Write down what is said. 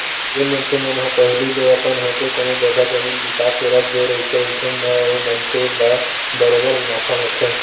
जेन मनखे मन ह पहिली ले अपन होके कोनो जघा जमीन बिसा के रख दे रहिथे अइसन म ओ मनखे ल बरोबर मुनाफा होथे